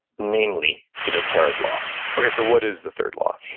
namely to the third law okay so what is the third law?